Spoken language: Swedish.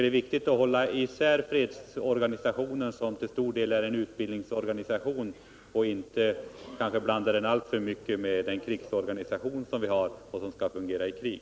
Det är viktigt att hålla isär fredsorganisationen, som till stor del är en utbildningsorganisation, och krigsorganisationen, som skall fungera i krig.